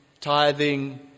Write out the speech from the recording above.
tithing